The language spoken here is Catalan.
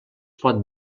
pot